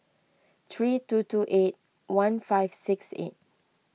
three two two eight one five six eight